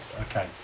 Okay